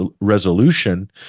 resolution